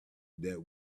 that